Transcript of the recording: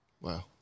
Wow